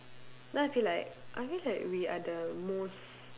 then I feel like I feel like we are the most